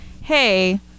hey